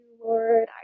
Lord